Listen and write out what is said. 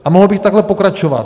A mohl bych takhle pokračovat.